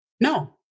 no